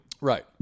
Right